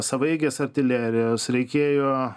savaeigės artilerijos reikėjo